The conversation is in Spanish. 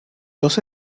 los